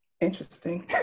interesting